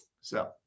So-